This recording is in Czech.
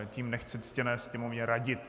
Tím nechci ctěné Sněmovně radit.